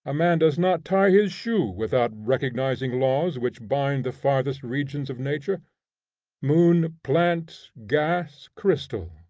man does not tie his shoe without recognizing laws which bind the farthest regions of nature moon, plant, gas, crystal,